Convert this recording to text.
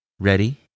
Ready